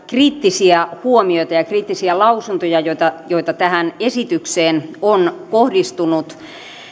kriittisiä huomioita ja kriittisiä lausuntoja joita joita tähän esitykseen on kohdistunut